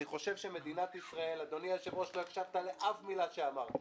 אדוני היושב-ראש, לא הקשבת לאף מילה שאמרתי.